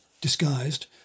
disguised